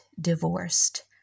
divorced